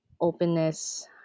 openness